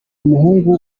muhungu